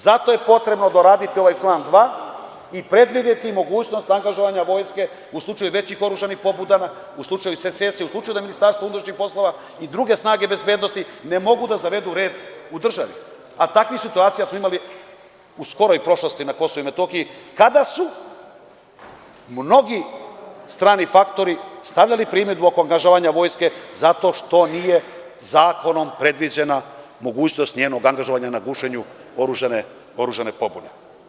Zato je potrebno doraditi ovaj član 2. i predvideti mogućnost angažovanja Vojske u slučaju većih oružanih pobuda, u slučaju secesija, u slučaju da MUP i druge snage bezbednosti ne mogu da zavedu red u državi, a takvih situacija smo imali u skoroj prošlosti na KiM, kada su mnogi strani faktori stavljali primedbu oko angažovanja Vojske, zato što nije zakonom predviđena mogućnost njenog angažovanja na gušenju oružane pobune.